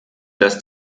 dass